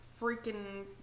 freaking